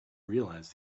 realise